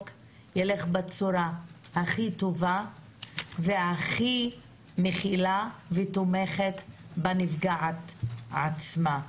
ילך בצורה הכי טובה והכי מכילה ותומכת בנפגעת עצמה.